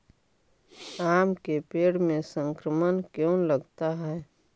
आम के पेड़ में संक्रमण क्यों लगता है?